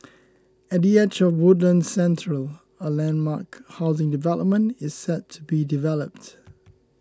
at the edge of Woodlands Central a landmark housing development is set to be developed